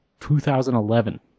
2011